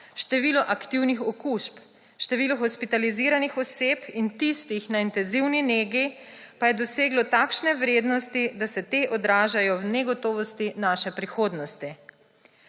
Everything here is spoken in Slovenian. Število aktivnih okužb, število hospitaliziranih oseb in tistih na intenzivni negi pa je doseglo takšne vrednosti, da se te odražajo v negotovosti naše prihodnosti.